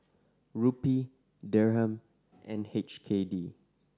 Rupee Dirham and H K D